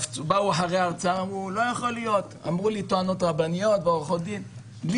באו אחרי ההרצאה ואמרו לי טוענות רבניות ועורכות: לא יכול להיות,